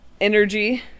energy